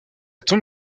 tombe